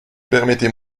permettez